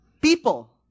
People